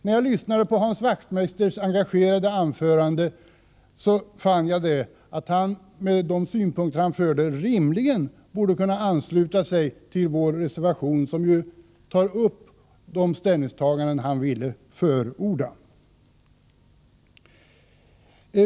När jag lyssnade på Hans Wachtmeisters engagerade anförande fann jag att han, med de synpunkter han framförde, rimligen borde kunna ansluta sig till vår reservation, som tar upp de ställningstaganden som han ville förorda.